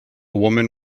woman